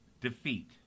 Defeat